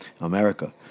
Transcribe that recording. America